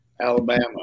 Alabama